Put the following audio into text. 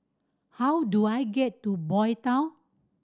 how do I get to Boy Town